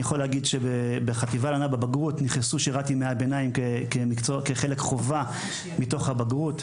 בחטיבה בבגרות נכנסה שירת ימי הביניים כחלק חובה מתוך הבגרות.